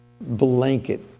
blanket